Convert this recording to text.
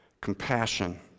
compassion